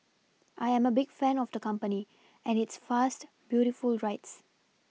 I am a big fan of the company and its fast beautiful rides